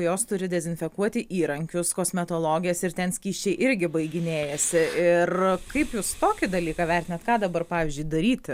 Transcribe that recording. jos turi dezinfekuoti įrankius kosmetologės ir ten skysčiai irgi baiginėjasi ir kaip jūs tokį dalyką vertinat ką dabar pavyzdžiui daryti